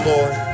Lord